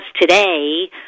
today